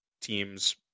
teams